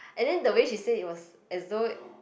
and then the way she say it was as though